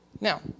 Now